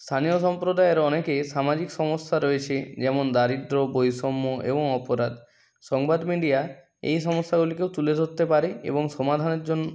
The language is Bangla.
স্থানীয় সম্প্রদায়ের অনেকে সামাজিক সমস্যা রয়েছে যেমন দারিদ্র বৈষম্য এবং অপরাধ সংবাদ মিডিয়া এই সমস্যাগুলিকেও তুলে ধরতে পারে এবং সমাধানের জন্য